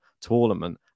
tournament